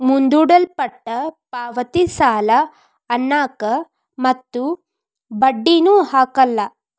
ಮುಂದೂಡಲ್ಪಟ್ಟ ಪಾವತಿ ಸಾಲ ಅನ್ನಲ್ಲ ಮತ್ತು ಬಡ್ಡಿನು ಹಾಕಲ್ಲ